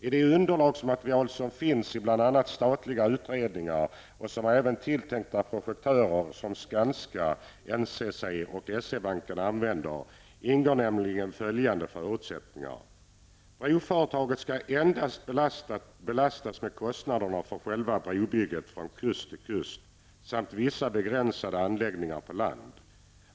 I de underlagsmaterial som finns i bl.a. statliga utredningar och som även tilltänkta projektörer som Skanska, NCC och SE-banken använder ingår nämligen följande förutsättningar: -- Broföretaget skall endast belastas med kostnaderna för själva brobygget från kust till kust samt vissa begränsade anläggningar på land.